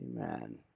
Amen